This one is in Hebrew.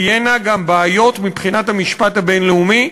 תהיינה גם בעיות מבחינת המשפט הבין-לאומי,